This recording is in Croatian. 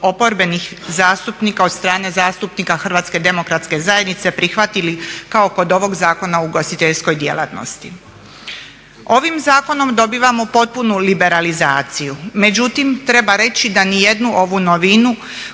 oporbenih zastupnika od strane zastupnika Hrvatske demokratske zajednice prihvatili kao kod ovog Zakona o ugostiteljskoj djelatnosti. Ovim zakonom dobivamo potpunu liberalizaciju. Međutim, treba reći da niti jednu ovu novinu